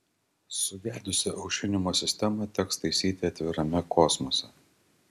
sugedusią aušinimo sistemą teks taisyti atvirame kosmose